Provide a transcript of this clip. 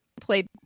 played